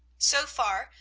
so far,